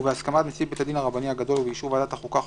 ובהסכמת נשיא בית הדין הרבני הגדול ובאישור ועדת החוקה,